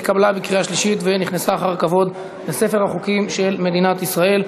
התקבלה בקריאה שלישית ונכנסה אחד כבוד לספר החוקים של מדינת ישראל.